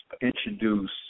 introduce